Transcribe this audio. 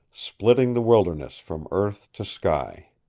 splitting the wilderness from earth to sky.